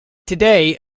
today